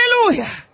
Hallelujah